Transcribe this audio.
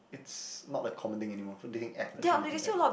it's not a common thing anymore for dating app let's say dating app